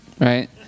right